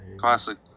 Classic